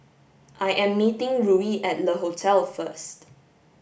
I am meeting Ruie at Le Hotel first